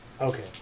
Okay